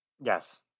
Yes